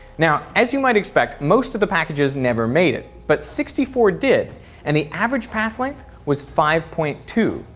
now, as you might expect, most of the packages never made it, but sixty four did and the average pathway was five point two.